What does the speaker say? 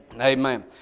Amen